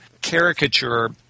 caricature